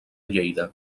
lleida